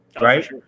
right